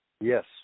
Yes